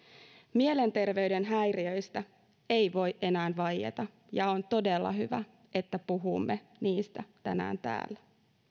mielenterveyden häiriöistä ei voi enää vaieta ja on todella hyvä että puhumme niistä tänään